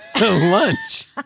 Lunch